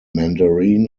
mandarin